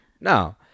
no